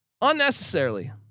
unnecessarily